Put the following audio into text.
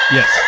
Yes